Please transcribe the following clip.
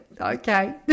okay